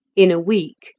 in a week,